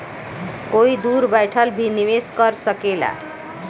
कोई दूर बैठल भी निवेश कर सकेला